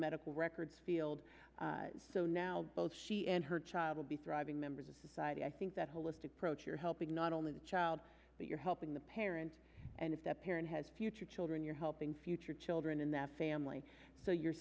medical records field so now both she and her child will be thriving members of society i think that holistic approach you're helping not only the child but you're helping the parents and if that parent has future children you're helping future children in that family so you're